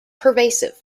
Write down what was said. pervasive